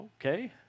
Okay